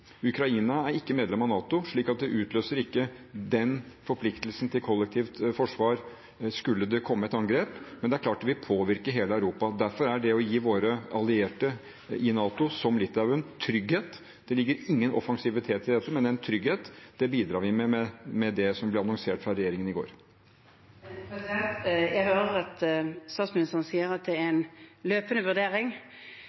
Ukraina er ikke medlem av NATO, så det utløser ikke den forpliktelsen til kollektivt forsvar skulle det komme et angrep, men det er klart at det vil påvirke hele Europa. Derfor er dette å gi våre allierte i NATO, som Litauen, trygghet. Det ligger ingen offensivitet i dette, men en trygghet. Det bidrar vi med med det som ble annonsert fra regjeringen i går. Det blir oppfølgingsspørsmål – først Erna Solberg. Jeg hører at statsministeren sier at det er